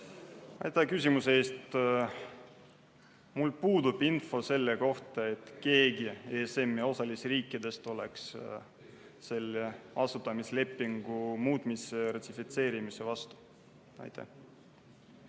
Aitäh küsimuse eest! Mul puudub info selle kohta, et keegi ESM‑i osalisriikidest oleks selle asutamislepingu muutmise ratifitseerimise vastu. Aitäh